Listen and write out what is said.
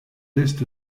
list